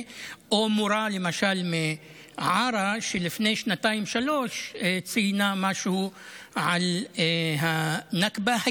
למשל מורה מעארה שלפני שנתיים-שלוש צייצה משהו על הנכבה,